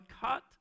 cut